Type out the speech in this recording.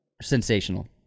Sensational